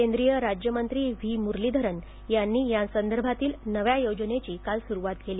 केंद्रिय राज्यमंत्री व्ही मुरलीधरन यांनी यासंदर्भातील नव्या योजनेची सुरुवात केली